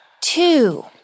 Two